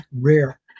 rare